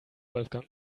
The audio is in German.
wolfgang